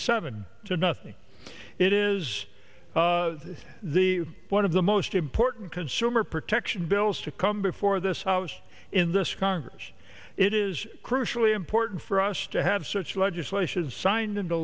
seven to nothing it is the one of the most important consumer protection bills to come before this house in this congress it is crucially important for us to have such legislation signed into